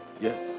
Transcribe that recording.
Yes